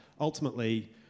ultimately